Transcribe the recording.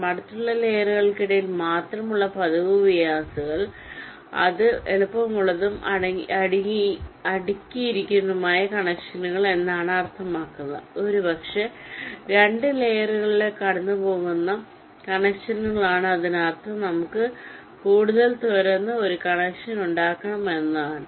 ഒന്ന് അടുത്തുള്ള ലെയറുകൾക്കിടയിൽ മാത്രമുള്ള പതിവ് വിയാസുകളാണ് അത് എളുപ്പമുള്ളതും അടുക്കിയിരിക്കുന്നതുമായ കണക്ഷനുകൾ എന്നാണ് അർത്ഥമാക്കുന്നത് ഒരുപക്ഷേ 2 ലയറുകളിലൂടെ കടന്നുപോകുന്ന കണക്ഷനുകളാണ് അതിനർത്ഥം നമുക്ക് കൂടുതൽ തുരന്ന് ഒരു കണക്ഷൻ ഉണ്ടാക്കണം എന്നാണ്